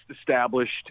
established